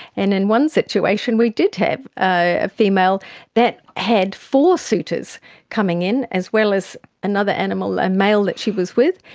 and in one situation we did have a female that had four suitors coming in, as well as another animal, a male that she was with.